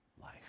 life